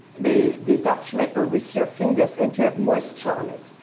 the the dutch metal with your fingers and you have moisture on it,